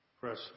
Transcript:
press